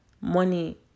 Money